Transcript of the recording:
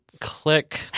Click